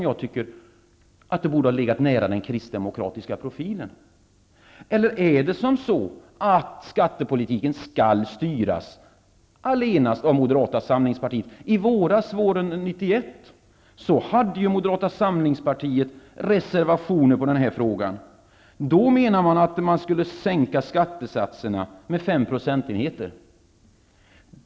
Jag tycker att detta borde ha legat nära den Kristdemokratiska profilen. Eller är det så att skattepolitiken skall styras allenast av Moderata samlingspartiet? I våras, våren 1991, hade Moderata samlingspartiet reservationer i den här frågan. Då menade man att man skulle sänka skattesatserna med fem procentenheter.